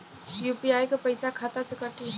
UPI क पैसा खाता से कटी?